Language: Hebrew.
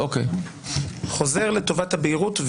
חוזר לטובת הבהירות.